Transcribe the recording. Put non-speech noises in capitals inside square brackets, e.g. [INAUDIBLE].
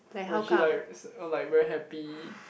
when she like [NOISE] uh like very happy